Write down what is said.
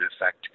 effect